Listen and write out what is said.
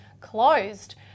closed